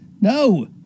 No